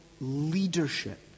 leadership